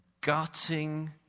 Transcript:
gutting